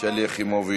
שלי יחימוביץ,